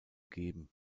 geben